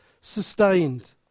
sustained